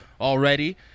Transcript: already